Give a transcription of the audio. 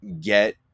get